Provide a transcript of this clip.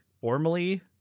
formally